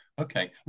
Okay